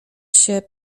się